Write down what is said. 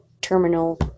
terminal